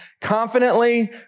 confidently